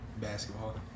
basketball